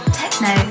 techno